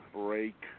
break